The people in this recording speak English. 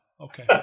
Okay